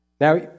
Now